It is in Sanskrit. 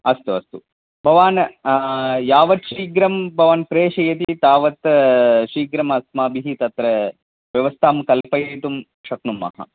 अस्तु अस्तु भवान् यावत् शीघ्रं भवान् प्रेषयति तावत् शीघ्रम् अस्माभिः तत्र व्यवस्थां कल्पयितुं शक्नुमः